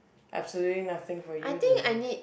absolutely nothing for you to